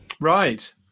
Right